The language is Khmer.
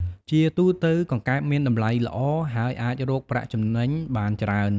ជាទូទៅ កង្កែបមានតម្លៃល្អ ហើយអាចរកប្រាក់ចំណេញបានច្រើន។